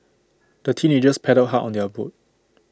the teenagers paddled hard on their boat